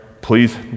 please